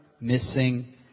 missing